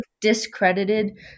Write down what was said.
discredited